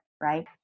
right